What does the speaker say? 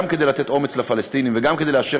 גם כדי לתת אומץ לפלסטינים וגם כדי לאשר